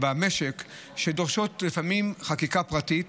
במשק שדורשות לפעמים חקיקה פרטית,